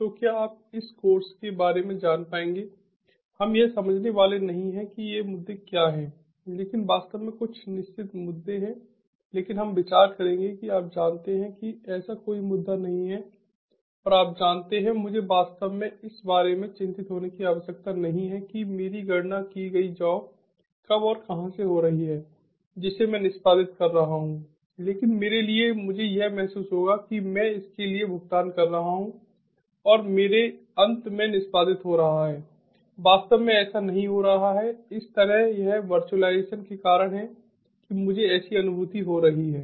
तो क्या आप इस कोर्स के बारे में जान पाएंगे हम यह समझने वाले नहीं हैं कि ये मुद्दे क्या हैं लेकिन वास्तव में कुछ निश्चित मुद्दे हैं लेकिन हम विचार करेंगे कि आप जानते हैं कि ऐसा कोई मुद्दा नहीं है और आप जानते हैं मुझे वास्तव में इस बारे में चिंतित होने की आवश्यकता नहीं है कि मेरी गणना की गई जॉब कब और कहाँ से हो रही है जिसे मैं निष्पादित कर रहा हूं लेकिन मेरे लिए मुझे यह महसूस होगा कि मैं इसके लिए भुगतान कर रहा हूं और यह मेरे अंत में निष्पादित हो रहा है वास्तव में ऐसा नहीं हो रहा है इस तरह यह वर्चुअलाइजेशन के कारण है कि मुझे ऐसी अनुभूति हो रही है